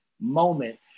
moment